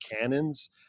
cannons